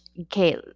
okay